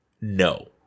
No